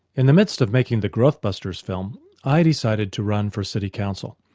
in the midst of making the growthbusters film i decided to run for city council.